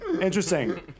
Interesting